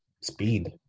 speed